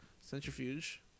Centrifuge